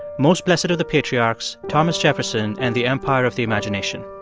most blessed of the patriarchs thomas jefferson and the empire of the imagination.